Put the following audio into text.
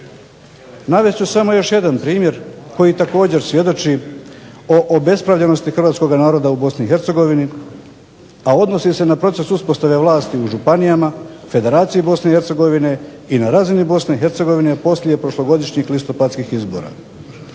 Navest ću samo još jedan primjer koji također svjedoči o obespravljenosti hrvatskoga naroda u BiH, a odnosi se na proces uspostave vlasti u županijama Federacije BiH i na razini BiH poslije prošlogodišnjih listopadskih izbora.